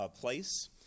place